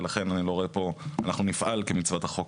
ולכן אנחנו נפעל כמצוות החוק.